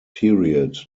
period